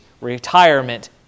retirement